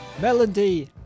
Melody